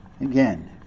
Again